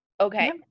Okay